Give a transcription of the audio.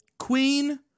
Queen